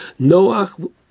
Noach